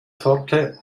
torte